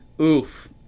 Oof